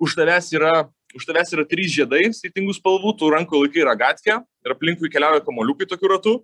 už tavęs yra už tavęs yra trys žiedai skirtingų spalvų tu rankoj laikai ragatkę ir aplinkui keliauja kamuoliukai tokiu ratu